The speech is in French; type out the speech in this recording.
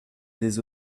des